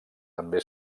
també